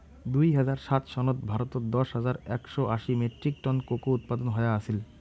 দুই হাজার সাত সনত ভারতত দশ হাজার একশও আশি মেট্রিক টন কোকো উৎপাদন হয়া আছিল